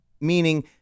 meaning